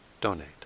donate